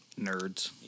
Nerds